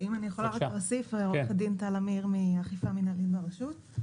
אני מאכיפה מינהלית ברשות.